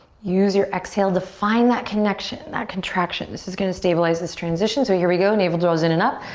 use your exhale to find that connection, that contraction. this is gonna stabilize this transition. so here we go. navel draws in and up.